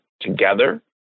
together